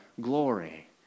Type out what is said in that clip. glory